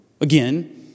again